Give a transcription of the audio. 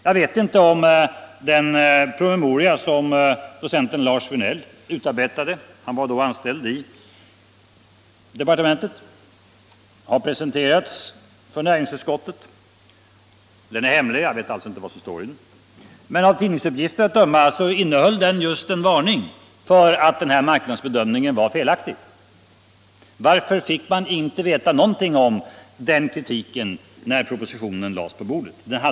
Jag vet inte vad den promemoria innehöll som docenten Lars Vinell utarbetade under den tid han var anställd i departementet, eftersom den är hemlig, men av tidningsuppgifter att döma innehöll den just en varning för att den här marknadsbedömningen var felaktig. Varför fick man inte veta någonting om den kritiken när propositionen lades på bordet?